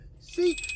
see